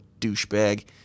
douchebag